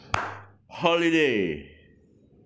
holiday